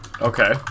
Okay